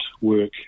work